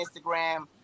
Instagram